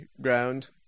ground